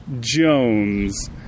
Jones